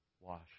wash